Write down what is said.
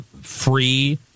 free